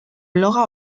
bloga